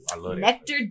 Nectar